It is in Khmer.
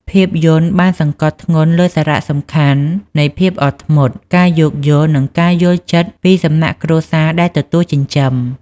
ភាពយន្តបានសង្កត់ធ្ងន់លើសារៈសំខាន់នៃភាពអត់ធ្មត់ ការយោគយល់ និងការយល់ចិត្តពីសំណាក់គ្រួសារដែលទទួលចិញ្ចឹម។